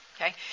okay